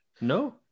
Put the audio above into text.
No